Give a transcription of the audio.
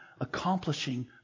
accomplishing